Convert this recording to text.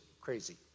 crazy